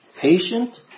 Patient